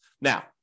Now